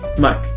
Mike